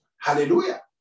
Hallelujah